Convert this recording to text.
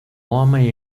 homem